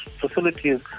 facilities